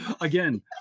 again